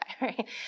right